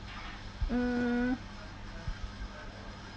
mm